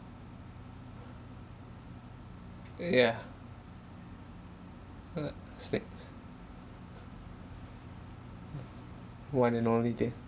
yeah uh snakes uh one and only thing